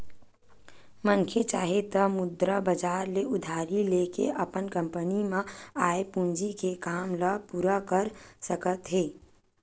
मनखे चाहे त मुद्रा बजार ले उधारी लेके अपन कंपनी म आय पूंजी के काम ल पूरा कर सकत हे